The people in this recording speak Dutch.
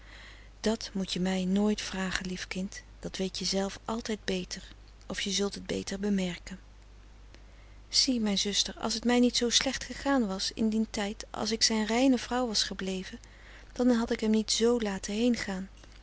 dat moet je mij nooit vragen lief kind dat weet je zelf altijd beter of je zult het beter bemerken zie mijn zuster als t mij niet zoo slecht gegaan was in dien tijd als ik zijn reine vrouw was gebleven dan had ik hem niet z laten